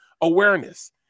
awareness